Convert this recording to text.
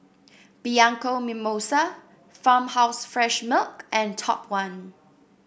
Bianco Mimosa Farmhouse Fresh Milk and Top One